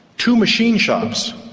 two machine shops,